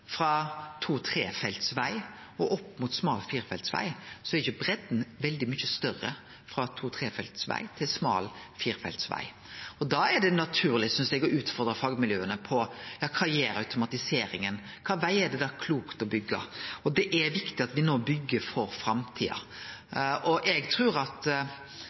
smal firefeltsveg, er ikkje breidda så veldig mykje større. Da synest eg det er naturleg å utfordre fagmiljøa på: Kva gjer automatiseringa? Kva slags vegar er det klokt å byggje? Det er viktig at me no byggjer for framtida, og eg trur at